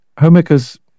Homemakers